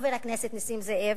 חבר הכנסת נסים זאב,